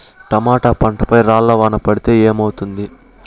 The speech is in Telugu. టమోటా పంట పై రాళ్లు వాన పడితే ఏమవుతుంది?